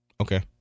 Okay